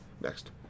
Next